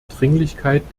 dringlichkeit